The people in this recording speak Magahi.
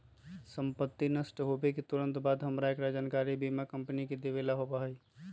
संपत्ति नष्ट होवे के तुरंत बाद हमरा एकरा जानकारी बीमा कंपनी के देवे ला होबा हई